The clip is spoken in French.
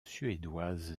suédoise